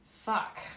Fuck